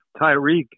Tyreek